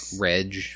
Reg